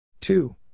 Two